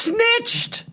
Snitched